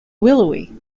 willowy